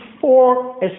four